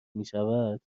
میشود